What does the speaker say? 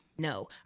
No